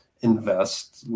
invest